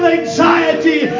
anxiety